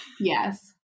Yes